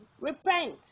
Repent